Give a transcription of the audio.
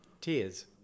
tears